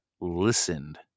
listened